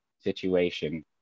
situation